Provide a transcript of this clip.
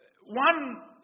One